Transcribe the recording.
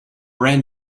ran